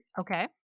Okay